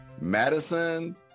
Madison